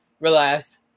Relax